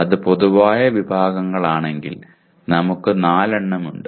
അത് പൊതുവായ വിഭാഗങ്ങളാണെങ്കിൽ നമുക്ക് 4 എണ്ണം ഉണ്ട്